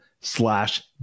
slash